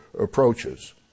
approaches